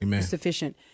Sufficient